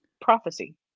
prophecy